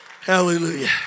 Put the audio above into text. hallelujah